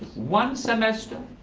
one semester,